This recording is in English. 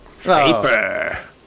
paper